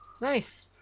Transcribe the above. Nice